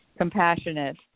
compassionate